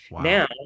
Now